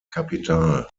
kapital